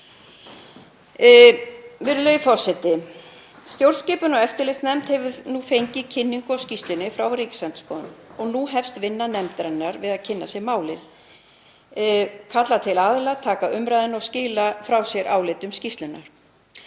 Virðulegi forseti. Stjórnskipunar- og eftirlitsnefnd hefur nú fengið kynningu á skýrslunni frá Ríkisendurskoðun og nú hefst vinna nefndarinnar við að kynna sér málið, kalla til aðila, taka umræðuna og skila frá sér áliti um skýrsluna.